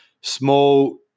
small